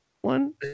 one